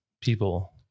people